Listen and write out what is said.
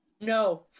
No